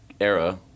era